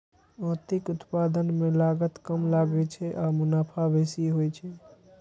मोतीक उत्पादन मे लागत कम लागै छै आ मुनाफा बेसी होइ छै